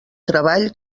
treball